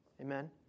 Amen